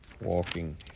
walking